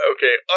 Okay